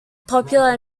popular